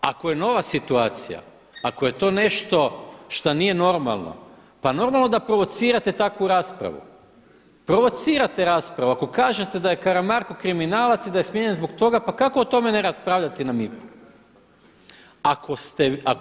Ako je nova situacija, ako je to nešto šta nije normalno, pa normalno da provocirate takvu rasprave, provocirate raspravu ako kažete da je Karamarko kriminalac i da je smijenjen zbog toga, pa kako o tome ne raspravljati na MIP-u.